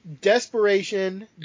desperation